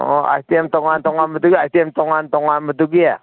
ꯑꯣ ꯑꯥꯏꯇꯦꯝ ꯇꯣꯉꯥꯟ ꯇꯣꯉꯥꯟꯕꯗꯨꯒꯤ ꯑꯥꯏꯇꯦꯝ ꯇꯣꯉꯥꯟ ꯇꯣꯉꯥꯟꯕꯗꯨꯒꯤ